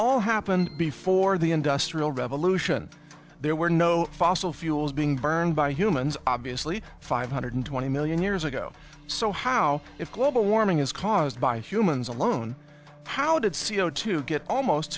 all happened before the industrial revolution there were no fossil fuels being burned by humans obviously five hundred twenty million years ago so how if global warming is caused by humans alone how did c o two get almost